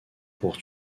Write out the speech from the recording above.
pour